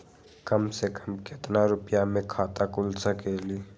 कम से कम केतना रुपया में खाता खुल सकेली?